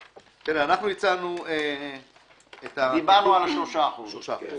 תראה, אנחנו הצענו את --- דיברנו על 3%. כן.